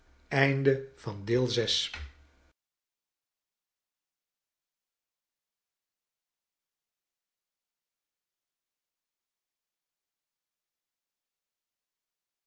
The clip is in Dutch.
zien van de